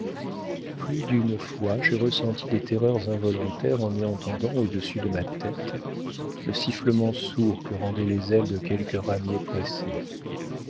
plus d'une fois j'ai ressenti des terreurs involontaires en y entendant au-dessus de ma tête le sifflement sourd que rendaient les ailes de quelque ramier pressé